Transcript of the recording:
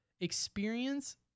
experience